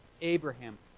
Abraham